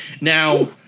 Now